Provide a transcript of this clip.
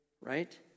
Right